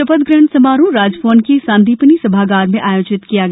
शपथ ग्रहण समारोह राजभवन के सांदीपनि सभागार में आयोजित किया गया